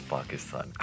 Pakistan